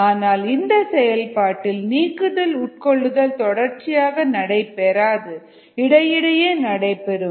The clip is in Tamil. ஆனால் இந்த செயல்பாட்டில் நீக்குதல் உட்கொள்ளுதல் தொடர்ச்சியாக நடைபெறாது இடையிடையே நடைபெறும்